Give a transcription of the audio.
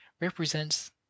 represents